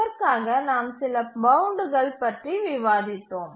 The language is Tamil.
அதற்காக நாம் சில பவுண்டுகள் பற்றி விவாதித்தோம்